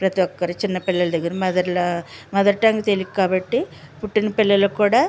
ప్రతి ఒక్కరు చిన్న పిల్లల దగ్గర నుంచి మదర్ మదర్ టంగ్ తెలుగు కాబట్టి పుట్టిన పిల్లలకు కూడా